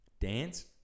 dance